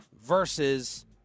versus